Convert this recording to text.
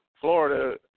Florida –